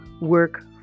work